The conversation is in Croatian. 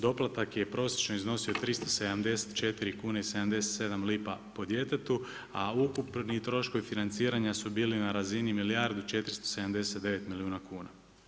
Doplatak je prosječno iznosio 374 kune i 77 lipa po djetetu, a ukupni troškovi financiranja su bili na razini milijardu i 479 milijuna kuna.